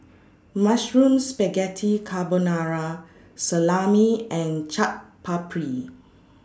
Mushroom Spaghetti Carbonara Salami and Chaat Papri